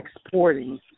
exporting